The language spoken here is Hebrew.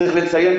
צריך לציין,